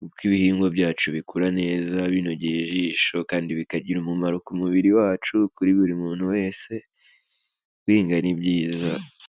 kuko ibihingwa byacu bikura neza binogeye ijisho kandi bikagira umumaro ku mubiri wacu kuri buri muntu wese, Guhinga ni byiza...